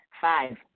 Five